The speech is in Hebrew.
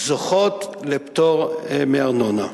זוכות לפטור מארנונה.